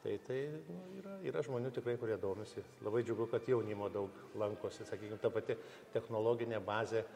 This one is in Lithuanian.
tai tai yra yra žmonių tikrai kurie domisi labai džiugu kad jaunimo daug lankosi sakykim ta pati technologinė bazė